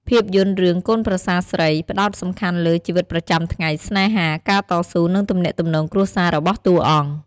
ភាពយន្ត រឿង"កូនប្រសារស្រី" ផ្តោតសំខាន់លើ ជីវិតប្រចាំថ្ងៃ ស្នេហា ការតស៊ូ និងទំនាក់ទំនងគ្រួសារ របស់តួអង្គ។